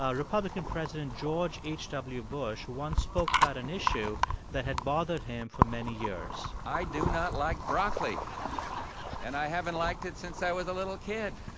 ah republican president george h. w. bush once spoke about an issue that had bothered him for many years i do not like broccoli and i haven't liked it since i was a little kid.